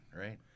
Right